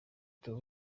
theo